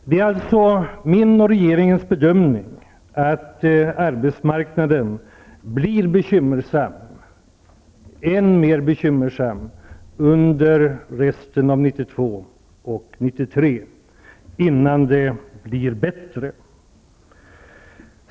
Det är alltså min och regeringens bedömning att situationen på arbetsmarknaden blir än mer bekymmersam under resten av 1992 och under 1993 innan den blir bättre.